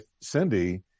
Cindy